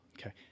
Okay